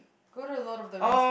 go to Lord of the Rings